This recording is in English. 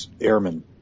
airmen